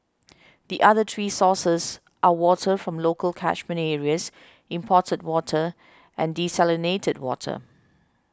the other three sources are water from local catchment areas imported water and desalinated water